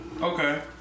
Okay